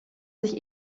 sich